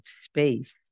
space